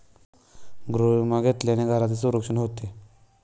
गृहविमा घेतल्याने घराचे संरक्षण होते